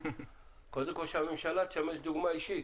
קודם כל שהממשלה תשמש דוגמה אישית,